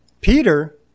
Peter